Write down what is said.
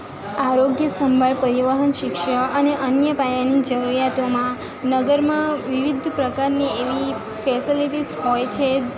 આરોગ્ય સંભાળ પરિવહન શિક્ષણ અને અન્ય પાયાની જરૂરિયાતોમાં નગરમાં વિવિધ પ્રકારની એવી ફેસલિટીસ હોય છે